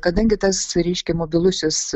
kadangi tas reiškia mobilusis